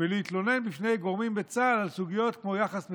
ולהתלונן בפני גורמים בצה"ל על סוגיות כמו יחס מפקדים,